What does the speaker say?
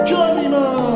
Journeyman